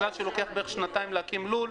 קשה להגיד כיוון שלוקח בערך שנתיים להקים לול.